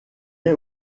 est